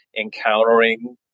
Encountering